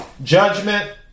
Judgment